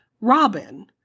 Robin